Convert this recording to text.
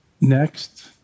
next